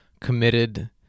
Committed